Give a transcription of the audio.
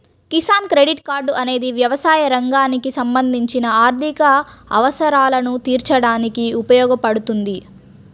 Kisan credit card అనేది వ్యవసాయ రంగానికి సంబంధించిన ఆర్థిక అవసరాలను తీర్చడానికి ఉపయోగపడుతుంది